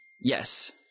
Yes